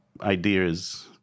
ideas